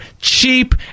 cheap